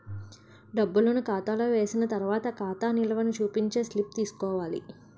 డబ్బులను ఖాతాలో వేసిన తర్వాత ఖాతా నిల్వని చూపించే స్లిప్ తీసుకోవాలి